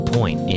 Point